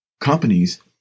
companies